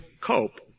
cope